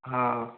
हाँ